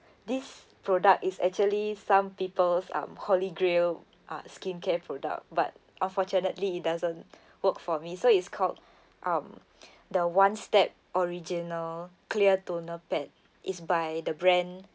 this product is actually some peoples' um holy grail uh skincare product but unfortunately it doesn't work for me so it's called um the one step original clear toner pad is by the brand